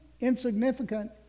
insignificant